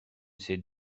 ces